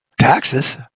Taxes